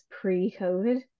pre-COVID